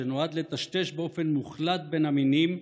שנועד לטשטש באופן מוחלט בין המינים,